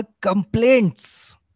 complaints